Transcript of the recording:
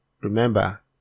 Remember